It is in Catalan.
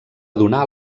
donar